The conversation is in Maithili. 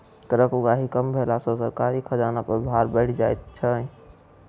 करक उगाही कम भेला सॅ सरकारी खजाना पर भार बढ़ि जाइत छै